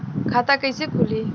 खाता कईसे खुली?